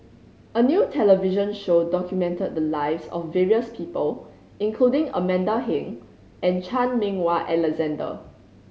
a new television show documented the lives of various people including Amanda Heng and Chan Meng Wah Alexander